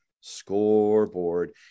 scoreboard